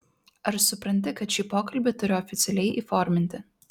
ar supranti kad šį pokalbį turiu oficialiai įforminti